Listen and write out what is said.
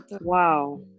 Wow